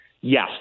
yes